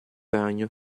ragno